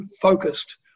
focused